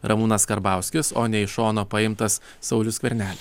ramūnas karbauskis o ne iš šono paimtas saulius skvernelis